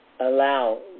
allow